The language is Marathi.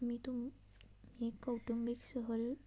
मी तुम मी कौटुंबिक सहल